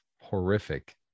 horrific